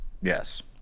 Yes